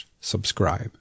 subscribe